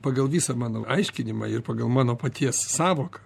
pagal visą mano aiškinimą ir pagal mano paties sąvoką